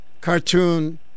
cartoon